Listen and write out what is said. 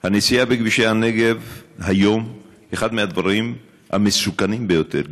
הנסיעה בכבישי הנגב היום היא אחד הדברים המסוכנים ביותר.